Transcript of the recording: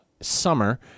summer